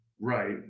right